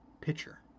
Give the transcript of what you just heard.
pitcher